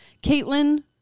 Caitlin